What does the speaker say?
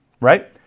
right